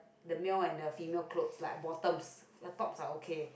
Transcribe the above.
the male and the female clothes like bottoms the tops are okay